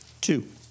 two